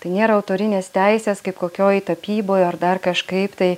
tai nėra autorinės teisės kaip kokioj tapyboj ar dar kažkaip tai